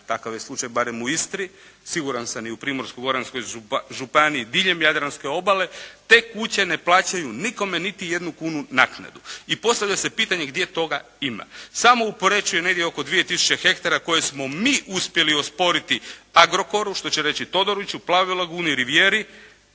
takav je slučaj barem u Istri, siguran sam i u Primorsko-goranskoj županiji, diljem jadranske obale, te kuće ne plaćaju nikome niti jednu kunu naknadu. I postavlja se pitanje gdje toga ima. Samo u Poreču je negdje oko 2 tisuće hektara koje smo mi uspjeli osporiti Agrokoru, što će reći Todoriću, Plavoj laguni, Rivijeri,